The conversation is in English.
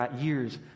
years